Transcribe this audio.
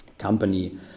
company